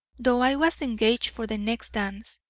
though i was engaged for the next dance,